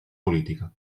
política